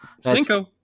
Cinco